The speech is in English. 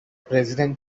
president